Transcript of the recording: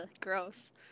gross